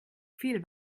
viel